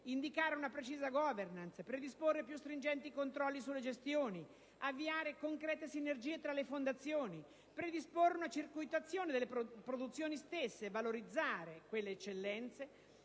indicare una precisa *governance*, predisporre più stringenti controlli sulle gestioni, avviare concrete sinergie tra le fondazioni, predisporre una circuitazione delle produzioni stesse, valorizzare quelle eccellenze